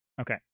Okay